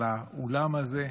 על האולם הזה.